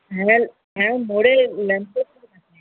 হ্যাঁ হ্যাঁ মোড়ে ল্যাম্পপোস্টের কাছে